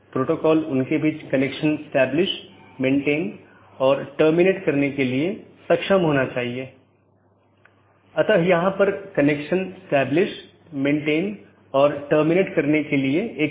BGP के संबंध में मार्ग रूट और रास्ते पाथ एक रूट गंतव्य के लिए पथ का वर्णन करने वाले विशेषताओं के संग्रह के साथ एक गंतव्य NLRI प्रारूप द्वारा निर्दिष्ट गंतव्य को जोड़ता है